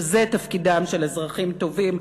שזה תפקידם של אזרחים טובים,